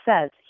says